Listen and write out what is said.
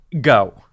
Go